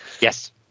Yes